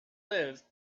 live